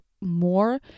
more